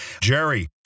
Jerry